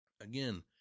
Again